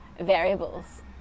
variables